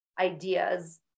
ideas